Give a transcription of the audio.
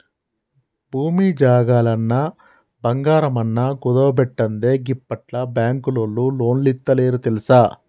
భూమి జాగలన్నా, బంగారమన్నా కుదువబెట్టందే గిప్పట్ల బాంకులోల్లు లోన్లిత్తలేరు తెల్సా